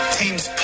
teams